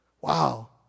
Wow